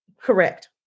Correct